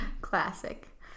Classic